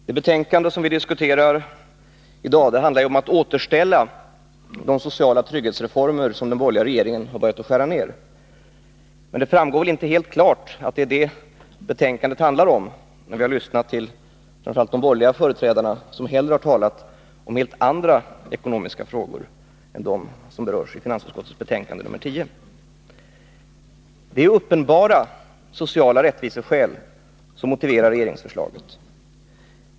Herr talman! Det betänkande som vi i dag diskuterar handlar om att återställa de sociala trygghetsreformer som den borgerliga regeringen har börjat skära ned. För den som har lyssnat till framför allt de borgerliga företrädarna framgår väl detta inte helt klart. De har ägnat lång tid åt att tala om helt andra ekonomiska frågor än dem som berörs i finansutskottets betänkande nr 10. Det är uppenbara sociala rättviseskäl som motiverar regeringsförslaget.